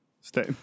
Stay